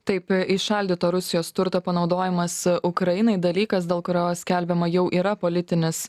taip įšaldyto rusijos turto panaudojimas ukrainai dalykas dėl kurio skelbiama jau yra politinis